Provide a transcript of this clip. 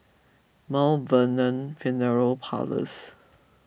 Mount Vernon funeral Parlours